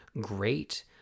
great